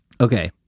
okay